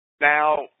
Now